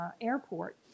airport